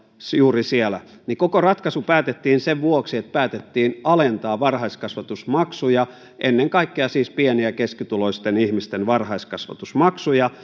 juuri siellä päätettiin sen vuoksi että päätettiin alentaa varhaiskasvatusmaksuja ennen kaikkea siis pieni ja keskituloisten ihmisten varhaiskasvatusmaksuja